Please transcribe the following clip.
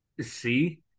See